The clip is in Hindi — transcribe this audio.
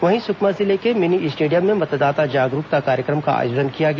वहीं सुकमा जिले के मिनी स्टेडियम में मतदाता जागरूकता कार्यक्रम का आयोजन किया गया